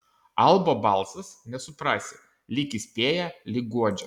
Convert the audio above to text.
albo balsas nesuprasi lyg įspėja lyg guodžia